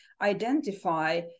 identify